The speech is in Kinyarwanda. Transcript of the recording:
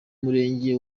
murenge